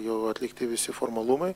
jau atlikti visi formalumai